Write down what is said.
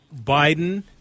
Biden